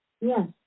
Yes